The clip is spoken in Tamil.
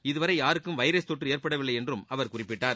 இதுவரை யாருக்கும் வைரஸ் தொற்று ஏற்படவில்லை என்றும் அவர் குறிப்பிட்டார்